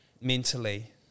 Mentally